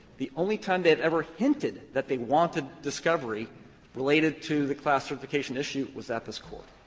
the only time they've ever hinted that they wanted discovery related to the class certification issue was at this court.